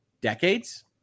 decades